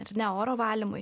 ar ne oro valymui